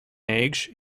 age